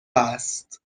است